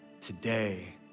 Today